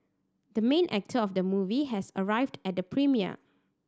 the main actor of the movie has arrived at the premiere